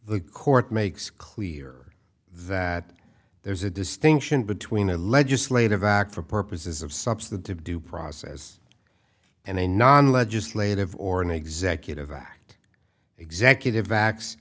the court makes clear that there's a distinction between a legislative act for purposes of substantive due process and a non legislative or an executive act executive vac